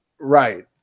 right